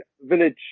Village